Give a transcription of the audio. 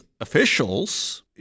officials